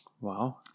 Wow